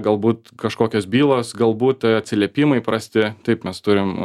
galbūt kažkokios bylos galbūt atsiliepimai prasti taip mes turim